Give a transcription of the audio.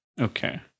Okay